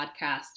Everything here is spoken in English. podcast